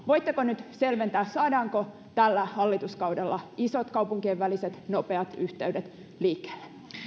voitteko nyt selventää saadaanko tällä hallituskaudella isot kaupunkien väliset nopeat yhteydet liikkeelle